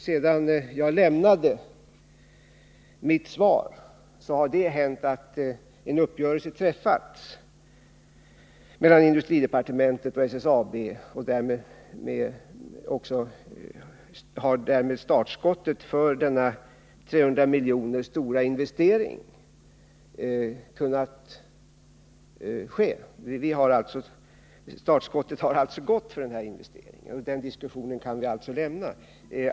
Sedan jag lämnade mitt svar har det hänt att en uppgörelse träffats mellan industridepartementet och SSAB, och därmed har också startskottet för denna 300 miljoner stora investering gått. Den diskussionen kan vi alltså lämna.